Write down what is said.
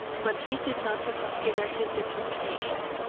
but he did not reconsider his determination.